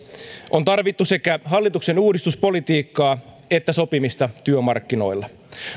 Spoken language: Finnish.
on tarvittu sekä hallituksen uudistuspolitiikkaa että sopimista työmarkkinoilla